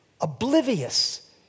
oblivious